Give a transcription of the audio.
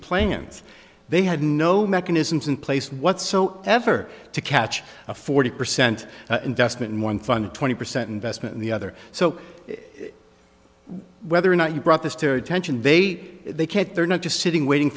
plans they had no mechanisms in place what so ever to catch a forty percent investment in one fund twenty percent investment in the other so whether or not you brought the story tension vague they can't they're not just sitting waiting